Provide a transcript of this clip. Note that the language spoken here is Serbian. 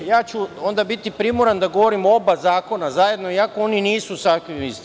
Ja ću onda biti primoran da govorim o oba zakona zajedno, i ako oni nisu sasvim isti.